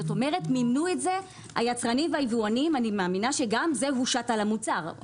כלומר היצרנים והיבואנים - אני מאמינה שגם זה הושת על המוצר.